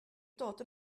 dod